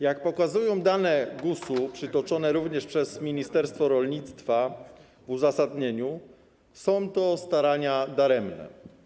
Jak pokazują dane GUS-u przytoczone również przez ministerstwo rolnictwa w uzasadnieniu, są to starania daremne.